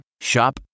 Shop